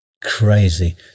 crazy